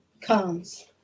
comes